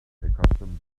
accustomed